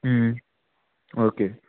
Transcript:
okay